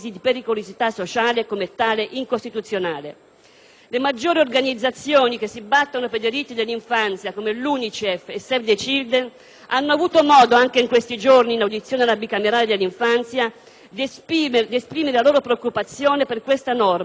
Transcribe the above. Le maggiori organizzazioni che si battono per i diritti per l'infanzia, come l'UNICEF e «Save the Children», hanno avuto modo anche in questi giorni in audizione presso la Commissione bicamerale per l'infanzia di esprimere la loro preoccupazione per questa norma, ritenendola in contrasto con la Convenzione del 1989.